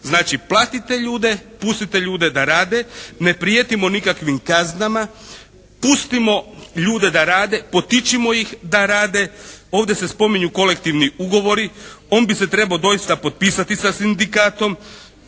Znači platite ljude, pustite ljude da rade. Ne prijetimo nikakvim kaznama. Pustimo ljude da rade. Potičimo ih da rade. Ovdje se spominju kolektivni ugovori. On bi se trebao doista potpisati sa Sindikatom.